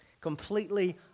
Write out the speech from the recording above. completely